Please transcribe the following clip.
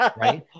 right